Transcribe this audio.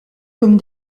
comme